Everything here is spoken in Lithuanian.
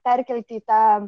perkelti į tą